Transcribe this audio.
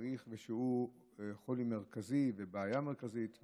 והוא חולי מרכזי ובעיה מרכזית.